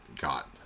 got